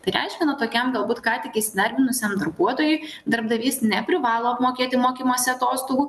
tai reiškia nu tokiam galbūt ką tik įsidarbinusiam darbuotojui darbdavys neprivalo apmokėti mokymosi atostogų